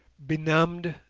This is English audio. benumbed,